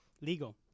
legal